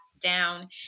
down